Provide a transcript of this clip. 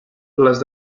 les